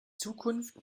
zukunft